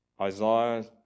Isaiah